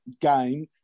game